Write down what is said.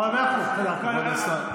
הולך לקראתו.